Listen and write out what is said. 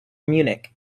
munich